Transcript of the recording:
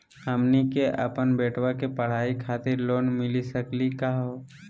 हमनी के अपन बेटवा के पढाई खातीर लोन मिली सकली का हो?